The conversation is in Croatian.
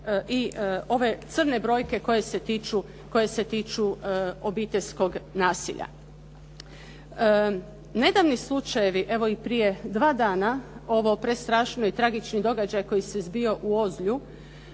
i ove crne brojke koje se tiču obiteljskog nasilja. Nedavni slučajevi, evo i prije dva dana ovaj prestrašni i tragični događaj koji se zbio u Ozlju